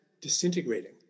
disintegrating